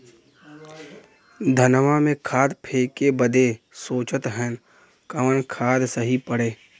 धनवा में खाद फेंके बदे सोचत हैन कवन खाद सही पड़े?